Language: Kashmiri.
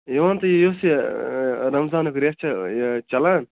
یہِ وَنتہٕ یُس یہِ رمضانُک رٮ۪تھ چھُ چلان